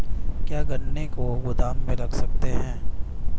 क्या गन्ने को गोदाम में रख सकते हैं?